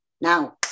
Now